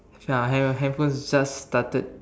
uh ha~ handphones just started